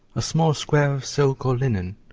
a small square of silk or linen,